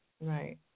Right